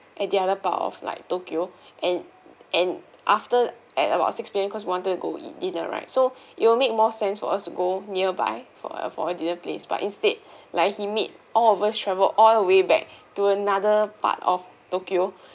at the other part of like tokyo and and after at about six P_M cause we wanted to go eat dinner right so it will make more sense for us to go nearby for a for a dinner place but instead like he made all of us travel all the way back to another part of tokyo